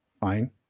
fine